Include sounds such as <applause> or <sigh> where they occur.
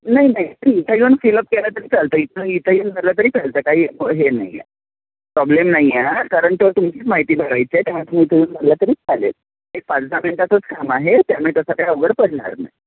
नाही नाही इथं येऊन फिलअप केलं तरी चालतं इथनं इथं येऊन भरला तरी चालतं काही हे नाही आहे प्रॉब्लेम नाही आहे कारण तो तुमचीच माहिती भरायची आहे त्यामुळे <unintelligible> भरला तरी चालेल एक पाच दहा मिनटाचंच काम आहे त्यामुळे तसा काही अवघड पडणार नाही